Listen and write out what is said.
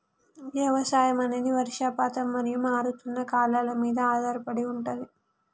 వ్యవసాయం అనేది వర్షపాతం మరియు మారుతున్న కాలాల మీద ఆధారపడి ఉంటది